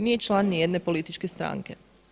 Nije član nijedne političke stranke.